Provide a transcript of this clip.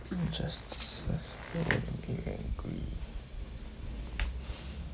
injustices that make me angry